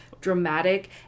dramatic